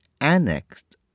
annexed